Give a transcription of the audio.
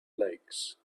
lakes